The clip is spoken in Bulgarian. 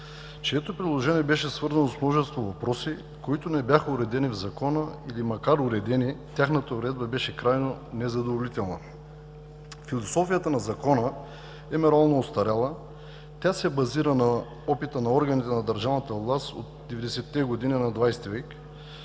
чието приложение беше свързано с множество въпроси, които не бяха уредени в Закона, или макар уредени, тяхната уредба беше крайно незадоволителна. Философията на Закона е морално остаряла. Тя се базира на опита на органите на държавната власт от 90-те години на ХХ век,